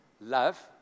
love